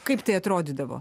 kaip tai atrodydavo